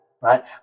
right